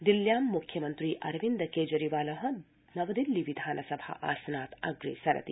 दिल्ल्यां म्ख्यमन्त्री अरविन्द केजरीवाल नवदिल्ली विधानसभा आसनात् अग्रेसरति